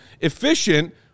Efficient